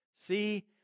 See